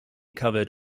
covered